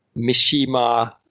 Mishima